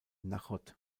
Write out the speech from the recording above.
náchod